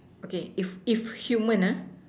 okay if if human